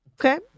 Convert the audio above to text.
Okay